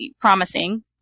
promising